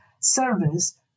service